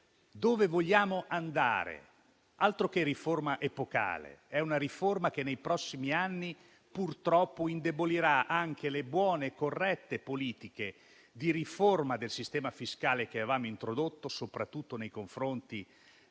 Dove vogliamo andare? Altro che riforma epocale; è una riforma che nei prossimi anni, purtroppo, indebolirà anche le buone e corrette politiche di riforma del sistema fiscale che avevamo introdotto, soprattutto nei confronti